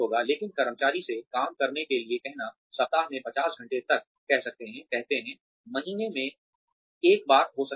लेकिन कर्मचारी से काम करने के लिए कहना सप्ताह में 50 घंटे तक कह सकते हैं कहते हैं महीने में एक बार हो सकता है